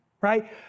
Right